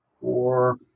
Four